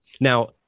Now